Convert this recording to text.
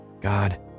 God